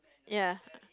yes